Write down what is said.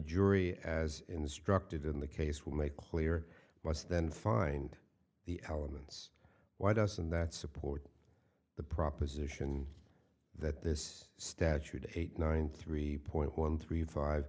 jury as instructed in the case will make clear must then find the elements why doesn't that support the proposition that this statute eight nine three point one three